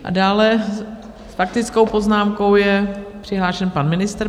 Dále s faktickou poznámkou je přihlášen pan ministr.